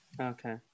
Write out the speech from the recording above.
Okay